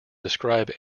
describe